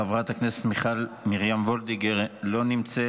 חברת הכנסת מיכל מרים וולדיגר לא נמצאת.